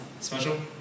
special